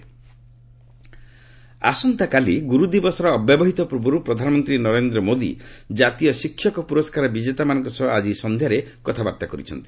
PM teachers ଆସନ୍ତାକାଲି ଗୁରୁଦିବସର ଅବ୍ୟବହିତ ପୂର୍ବରୁ ପ୍ରଧାନମନ୍ତ୍ରୀ ନରେନ୍ଦ୍ର ମୋଦି କାତୀୟ ଶିକ୍ଷକ ପ୍ରରସ୍କାର ବିଜେତାମାନଙ୍କ ସହ ଆଜି ସନ୍ଧ୍ୟାରେ କଥାବାର୍ତ୍ତା କରିଛନ୍ତି